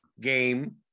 game